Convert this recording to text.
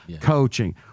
coaching